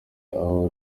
aho